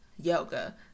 yoga